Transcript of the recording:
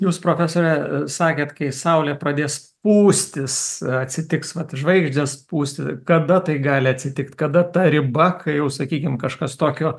jūs profesore sakėt kai saulė pradės pūstis atsitiks vat žvaigždės pūsti kada tai gali atsitikti kada ta riba kai jau sakykim kažkas tokio